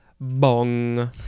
bong